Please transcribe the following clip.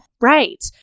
Right